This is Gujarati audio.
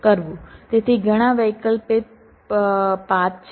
તેથી ઘણા વૈકલ્પિક પાથ છે